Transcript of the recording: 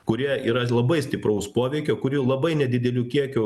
kurie yra labai stipraus poveikio kurių labai nedideliu kiekiu